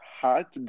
hot